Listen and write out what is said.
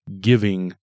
giving